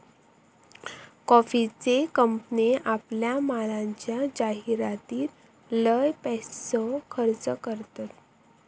कॉफीचे कंपने आपल्या मालाच्या जाहीरातीर लय पैसो खर्च करतत